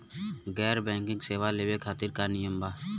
गैर बैंकिंग सेवा लेवे खातिर का नियम बा?